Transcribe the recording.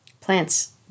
plants